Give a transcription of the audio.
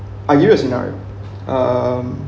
I give you a scenario um